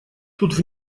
тут